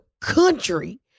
country